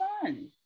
fun